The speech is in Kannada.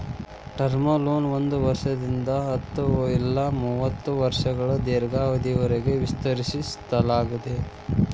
ಟರ್ಮ್ ಲೋನ ಒಂದ್ ವರ್ಷದಿಂದ ಹತ್ತ ಇಲ್ಲಾ ಮೂವತ್ತ ವರ್ಷಗಳ ದೇರ್ಘಾವಧಿಯವರಿಗಿ ವಿಸ್ತರಿಸಲಾಗ್ತದ